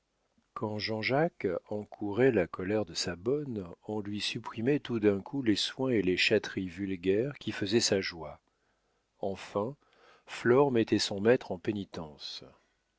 quand jean-jacques encourait la colère de sa bonne on lui supprimait tout d'un coup les soins et les chatteries vulgaires qui faisaient sa joie enfin flore mettait son maître en pénitence